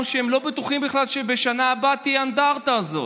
שמענו שהם לא בטוחים בכלל שבשנה הבאה תהיה האנדרטה הזאת.